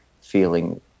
feeling